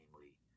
namely